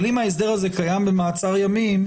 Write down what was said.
אבל אם ההסדר הזה קיים במעצר ימים,